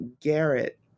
Garrett